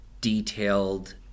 detailed